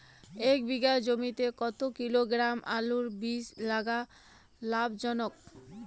এক বিঘা জমিতে কতো কিলোগ্রাম আলুর বীজ লাগা লাভজনক?